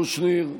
חבר הכנסת קושניר,